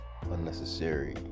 unnecessary